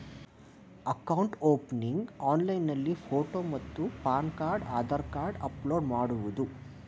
Account opening ಆನ್ಲೈನ್ನಲ್ಲಿ photo ಮತ್ತು PAN card Aadhaar card upload ಮಾಡುವುದು?